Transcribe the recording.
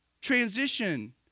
transition